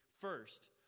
First